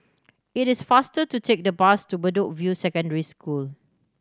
it is faster to take the bus to Bedok View Secondary School